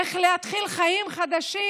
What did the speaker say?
איך להתחיל חיים חדשים,